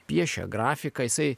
piešė grafiką jisai